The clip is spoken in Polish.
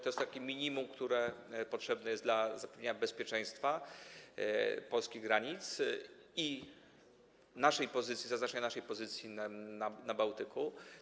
To jest takie minimum, które potrzebne jest dla zapewnienia bezpieczeństwa polskich granic i naszej pozycji, zaznaczenia naszej pozycji na Bałtyku.